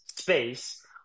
Space